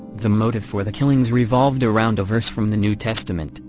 the motive for the killings revolved around a verse from the new testament,